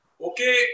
Okay